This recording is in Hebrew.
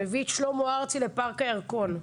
מביא את שלמה ארצי לפארק הירקון,